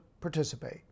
participate